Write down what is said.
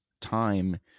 time